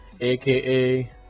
aka